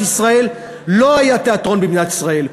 ישראל לא היה תיאטרון במדינת ישראל.